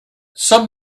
some